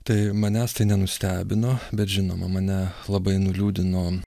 tai manęs tai nenustebino bet žinoma mane labai nuliūdino